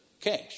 cash